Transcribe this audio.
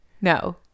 no